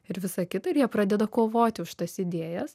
ir visa kita ir jie pradeda kovoti už tas idėjas